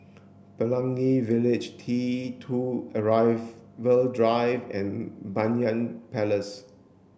Pelangi Village T two Arrival Drive and Banyan Place